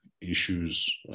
issues